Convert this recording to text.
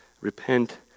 Repent